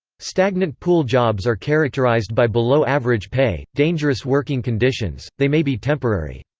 stagnant pool jobs are characterized by below average pay, dangerous working conditions, they may be temporary.